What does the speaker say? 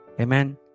Amen